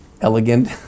elegant